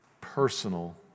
personal